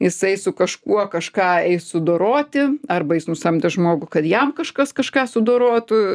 jisai su kažkuo kažką eis sudoroti arba jis nusamdė žmogų kad jam kažkas kažką sudorotų